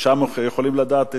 ושם יכולים לדעת,